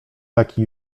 taki